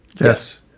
Yes